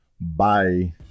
Bye